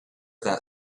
that